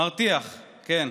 מרתיח, כן,